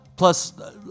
Plus